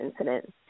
incident